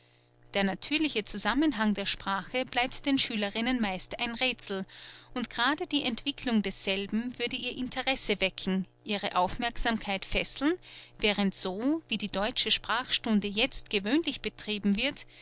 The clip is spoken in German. der natürliche zusammenhang der sprache bleibt den schülerinnen meist ein räthsel und grade die entwicklung desselben würde ihr interesse wecken ihre aufmerksamkeit fesseln während so wie die deutsche sprachstunde jetzt gewöhnlich betrieben wird